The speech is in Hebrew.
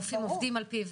רופאים עובדים לפיו.